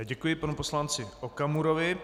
Děkuji panu poslanci Okamurovi.